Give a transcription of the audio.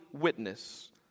witness